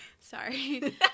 Sorry